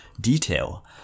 detail